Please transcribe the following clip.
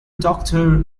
doctor